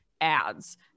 ads